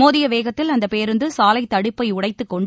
மோதிய வேகத்தில் அந்தப் பேருந்து சாலை தடுப்பை உடைத்துக் கொண்டு